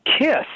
Kiss